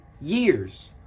years